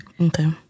Okay